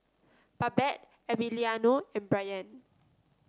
Babette Emiliano and Brayan